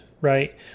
right